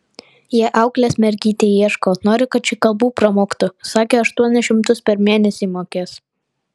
jie auklės mergytei ieško nori kad ši kalbų pramoktų sakė aštuonis šimtus per mėnesį mokės